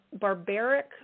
barbaric